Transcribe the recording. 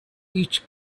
each